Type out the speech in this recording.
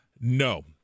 No